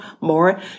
more